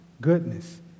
goodness